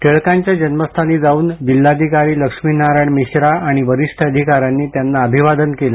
टिळकांच्या जन्मस्थानी जाऊन जिल्हाधिकारी लक्ष्मीनारायण मिश्रा आणि वरिष्ठ अधिकाऱ्यांनी त्यांना अभिवादन केलं